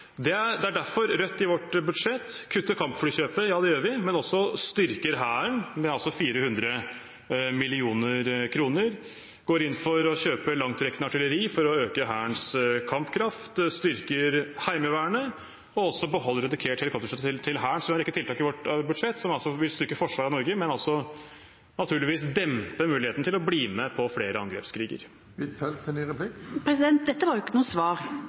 Det er derfor Rødt i sitt budsjett kutter kampflykjøpet. Ja, det gjør vi, men vi styrker også Hæren med 400 mill. kr, går inn for å kjøpe langtrekkende artilleri for å øke Hærens kampkraft, styrker Heimevernet og beholder dedikert helikopterstøtte til Hæren. Så det er en rekke tiltak i vårt budsjett som vil styrke forsvaret av Norge, men altså naturligvis dempe muligheten til å bli med på flere angrepskriger. Dette var jo ikke noe svar.